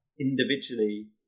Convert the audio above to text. individually